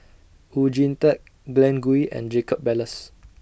Oon Jin Teik Glen Goei and Jacob Ballas